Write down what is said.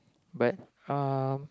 but um